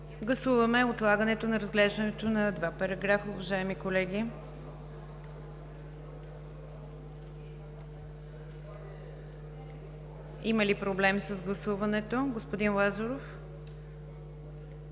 Гласуваме отлагането на разглеждането на два параграфа, уважаеми колеги. Има ли проблем с гласуването, господин Лазаров?